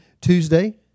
Tuesday